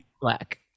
black